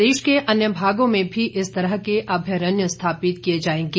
प्रदेश के अन्य भागों में भी इस तरह के अभ्यरण्य स्थापित किए जाएंगे